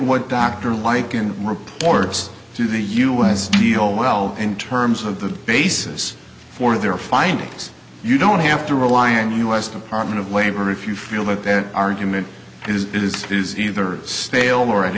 what dr like and reports to the u s deal well in terms of the basis for their findings you don't have to rely on u s department of labor if you feel that their argument is it is is either stale or